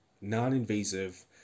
non-invasive